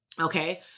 Okay